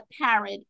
parrot